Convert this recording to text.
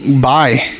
bye